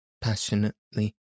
passionately